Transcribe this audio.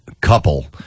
couple